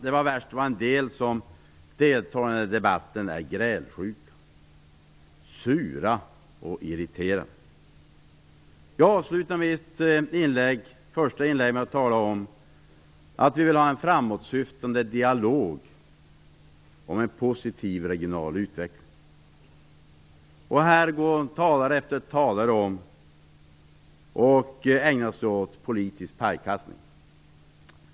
Det var värst vad en del som deltar i denna debatt är grälsjuka, sura och irriterade. Jag avslutade mitt första inlägg med att tala om att vi vill ha en framåtsyftande dialog om en positiv regional utveckling. Men här går talare efter talare upp i talarstolen och ägnar sig åt politisk pajkastning.